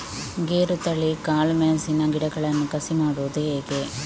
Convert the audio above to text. ಗೇರುತಳಿ, ಕಾಳು ಮೆಣಸಿನ ಗಿಡಗಳನ್ನು ಕಸಿ ಮಾಡುವುದು ಹೇಗೆ?